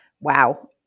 Wow